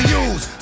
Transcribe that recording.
use